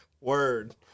Word